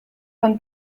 von